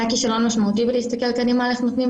היה כישלון משמעותי בלהסתכל קדימה איך נותנים